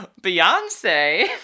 Beyonce